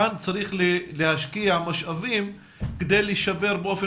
כאן צריך להשקיע משאבים כדי לשפר באופן